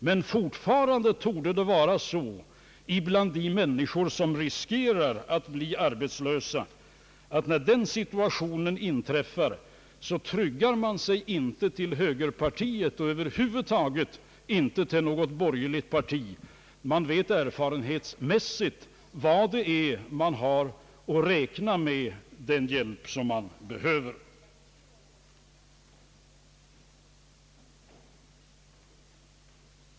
Men fortfarande torde det vara så att de människor, som riskerar att bli arbetslösa, inte kan när den situationen inträffar söka någon trygghet hos högerpartiet och över huvud taget inte hos något borgerligt parti — de vet erfarenheismässigt var de kan räkna med att få den hjälp som de behöver.